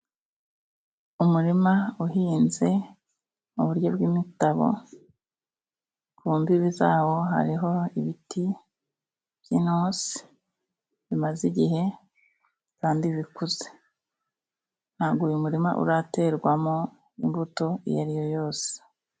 Umurima uhinze mu buryo bw'imitabo, ku mbibi zawo hariho ibiti by'inturusu bimaze igihe, kandi bikuze, ntabwo uyu murima uraterwamo imbuto iyo ari yo yose.